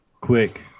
Quick